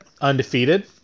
undefeated